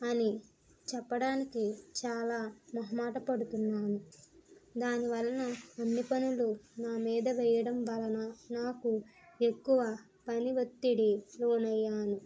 అని చెప్పడానికి చాలా మొహమాట పడుతున్నాను దానివలన అన్నీ పనులు నా మీద వేయడం వలన నాకు ఎక్కువ పని ఒత్తిడి లోనయ్యాను